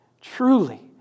Truly